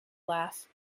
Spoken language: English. laugh